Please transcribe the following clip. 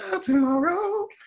tomorrow